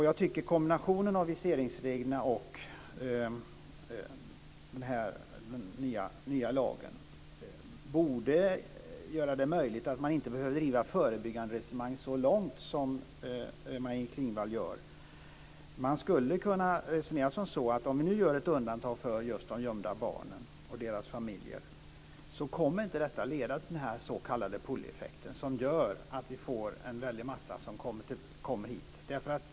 Jag tycker att kombinationen av viseringsreglerna och den nya lagen borde göra att man inte behöver driva förebygganderesonemangen så långt som Maj-Inger Man skulle kunna resonera som så här: Ett undantag just för de gömda barnen och deras familjer kommer inte att leda till den s.k. pull-effekten, som gör att vi får en väldig massa som kommer hit.